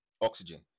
oxygen